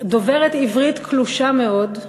דוברת עברית קלושה מאוד.